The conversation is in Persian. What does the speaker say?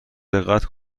دقت